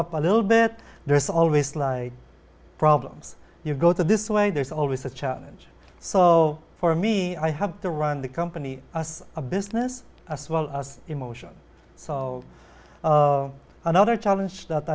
up a little bit there is always problems you go this way there's always a challenge so for me i have to run the company as a business as well as emotion so another challenge that